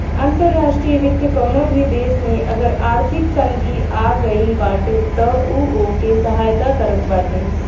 अंतर्राष्ट्रीय वित्त कवनो भी देस में अगर आर्थिक तंगी आगईल बाटे तअ उ ओके सहायता करत बाटे